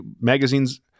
magazines